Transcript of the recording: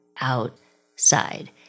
outside